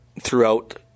throughout